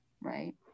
right